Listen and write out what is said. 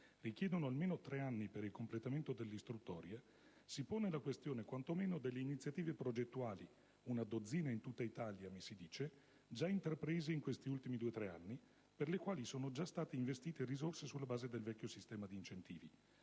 richiedono almeno tre anni per il completamento dell'istruttoria, si pone la questione - quantomeno - delle iniziative progettuali (una dozzina in tutta Italia, mi si dice) già intraprese in questi ultimi due o tre anni, per le quali sono già state investite risorse sulla base del vecchio sistema di incentivi.